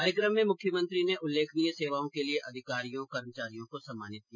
कार्यक्रम में मुख्यमंत्री ने उल्लेखनीय सेवाओं के लिए अधिकारियों कर्मचारियों को सम्मानित किया